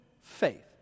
faith